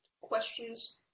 questions